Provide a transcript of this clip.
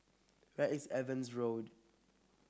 where is Evans Road